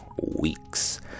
weeks